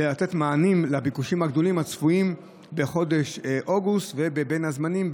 לתת מענים לביקושים הגדולים הצפויים בחודש אוגוסט ובין הזמנים,